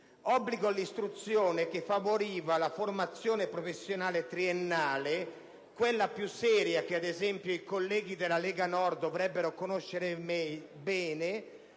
obbligo all'istruzione che favoriva la formazione professionale triennale, quella più seria che ad esempio i colleghi della Lega Nord dovrebbero conoscere bene,